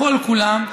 כל-כולם,